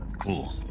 Cool